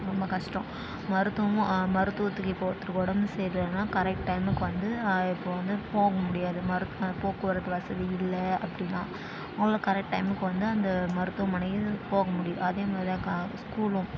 ரொம்ப கஷ்டம் மருத்துவமும் மருத்துவத்துக்கு இப்போது ஒருத்தருக்கு உடம்பு சரியில்லைன்னா கரெக்ட் டைமுக்கு வந்து இப்போது வந்து போகமுடியாது மருத் போக்குவரத்து வசதி இல்லை அப்படின்னா அதனால கரெக்ட் டைமுக்கு வந்து அந்த மருத்துவமனையும் போக முடியல அதேமாதிரி தான் கா ஸ்கூலும்